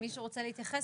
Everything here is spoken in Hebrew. מישהו רוצה להתייחס